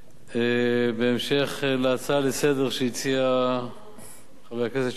בהמשך להצעה לסדר-היום שהציע חבר הכנסת שאול מופז,